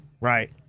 Right